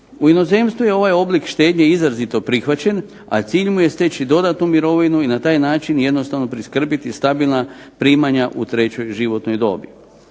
U inozemstvu je ovaj oblik štednje izrazito prihvaćen, a cilj mu je steći dodatnu mirovinu i na taj način jednostavno priskrbiti stabilna primanja u trećoj životnoj dobi.